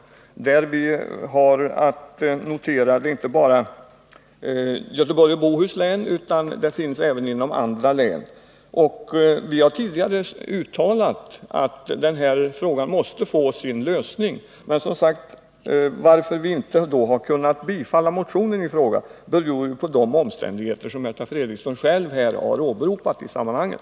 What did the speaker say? Det är att notera att vi har detta problem inte bara i Göteborgs och Bohus län utan även inom andra län. Vi har tidigare uttalat att denna fråga måste få sin lösning, men att vi inte har kunnat tillstyrka motionen beror på de svårigheter som också Märta Fredrikson själv har åberopat i det här sammanhanget.